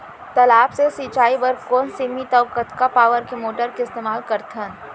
तालाब से सिंचाई बर कोन सीमित अऊ कतका पावर के मोटर के इस्तेमाल करथन?